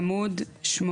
עמוד 8,